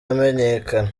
amenyekana